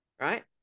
right